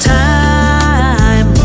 time